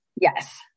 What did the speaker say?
Yes